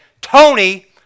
Tony